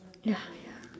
ya ya